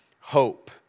hope